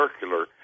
circular